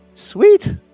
Sweet